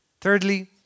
Thirdly